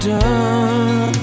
done